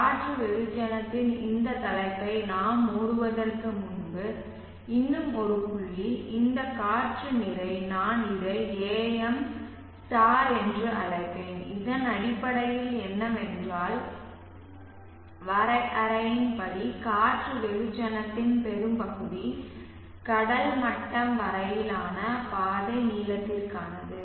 காற்று வெகுஜனத்தின் இந்த தலைப்பை நாம் மூடுவதற்கு முன்பு இன்னும் ஒரு புள்ளி இந்த காற்று நிறை நான் இதை AM என்று அழைப்பேன் இதன் அடிப்படையில் என்னவென்றால் வரையறையின்படி காற்று வெகுஜனத்தின் பெரும்பகுதி கடல் மட்டம் வரையிலான பாதை நீளத்திற்கானது